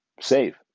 save